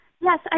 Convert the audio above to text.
Yes